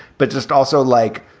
but just also like,